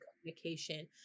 communication